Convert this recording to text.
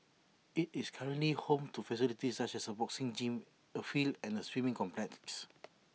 IT is currently home to facilities such as A boxing gym A field and A swimming complete